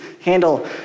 handle